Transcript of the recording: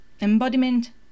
Embodiment